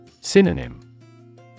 Synonym